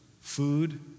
food